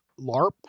LARP